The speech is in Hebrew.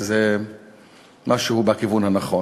שזה משהו בכיוון הנכון,